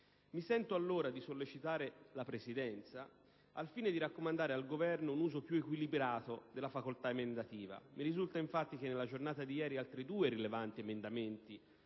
Mi sento allora di sollecitare la Presidenza al fine di raccomandare al Governo un uso più equilibrato della facoltà emendativa. Mi risulta infatti che, nella giornata di ieri, si sono aggiunti altri due rilevanti emendamenti